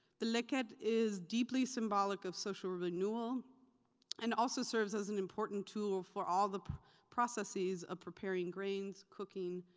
the leket is deeply symbolic of social renewal and also serves as an important tool for all the processes of preparing grains, cooking,